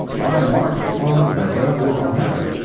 i marched upon mecca with mahomet.